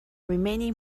remaining